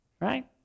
right